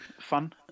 fun